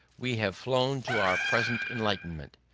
we have flown to our present enlightenment.